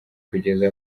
kugeza